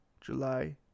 July